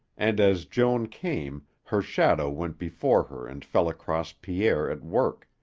and, as joan came, her shadow went before her and fell across pierre at work.